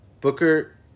Booker